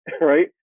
right